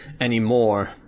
anymore